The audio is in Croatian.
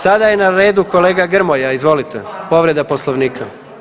Sada je na redu kolega Grmoja, izvolite povreda Poslovnika.